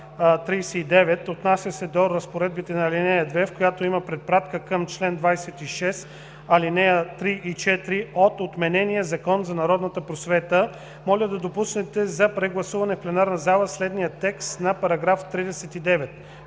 Отнася се до разпоредбите на ал. 2, в която има препратка към чл. 26, ал. 3 и 4 от отменения Закон за народната просвета. Моля да допуснете за прегласуване в пленарната зала следния текст на § 39: „§ 39.